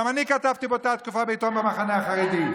גם אני כתבתי באותה תקופה בעיתון במחנה, החרדי.